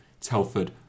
Telford